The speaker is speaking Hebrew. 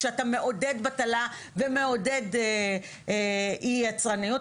כשאתה מעודד בטלה ומעודד אי יצרניות,